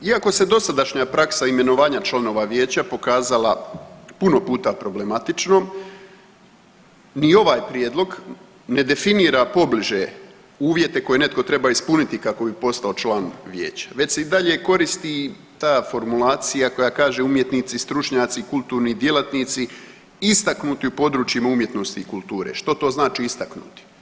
Iako se dosadašnja praksa imenovanja članova vijeća pokazala puno puta problematičnom ni ovaj prijedlog ne definira pobliže uvjete koje netko treba ispuniti kako bi postao član vijeća već se i dalje koristi ta formulacija koja kaže umjetnici i stručnjaci i kulturni djelatnici istaknuti u područjima umjetnosti i kulture, što to znači istaknuti?